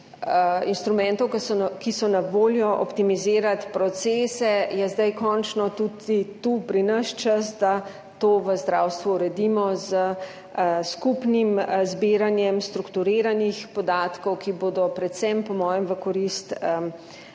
ki so na voljo, optimizirati procese, je zdaj končno tudi tu pri nas čas, da to v zdravstvu uredimo s skupnim zbiranjem strukturiranih podatkov, ki bodo predvsem po mojem v korist